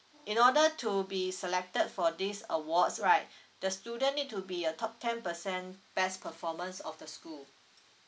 in order to be selected for these awards right the student need to be a top ten percent best performance of the school